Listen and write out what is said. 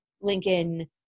Lincoln